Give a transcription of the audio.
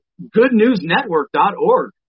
goodnewsnetwork.org